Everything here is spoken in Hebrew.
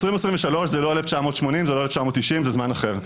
2023 זה לא 1980, זה לא 1990. זה זמן אחר.